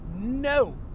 No